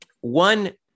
One